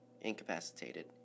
incapacitated